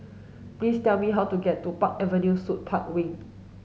please tell me how to get to Park Avenue Suites Park Wing